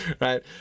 right